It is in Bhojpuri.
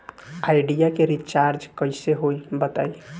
आइडिया के रीचारज कइसे होई बताईं?